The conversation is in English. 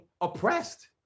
oppressed